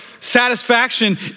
satisfaction